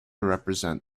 represent